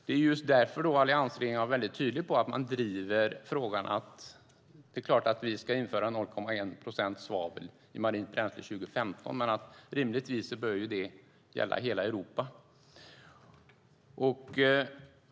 Det är just därför alliansregeringen har varit väldigt tydlig med att man driver frågan om att vi ska införa 0,1 procent svavel i marint bränsle 2015, men det bör rimligtvis gälla hela Europa.